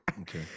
Okay